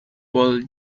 paul